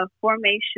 formation